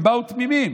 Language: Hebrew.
הם באו תמימים,